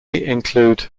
include